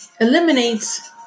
eliminates